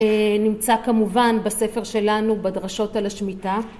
נמצא כמובן בספר שלנו בדרשות על השמיטה